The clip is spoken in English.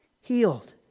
healed